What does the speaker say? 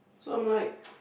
so I'm like